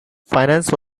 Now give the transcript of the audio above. finance